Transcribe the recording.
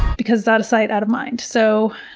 because, out of sight out of mind. so,